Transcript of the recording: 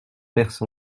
perse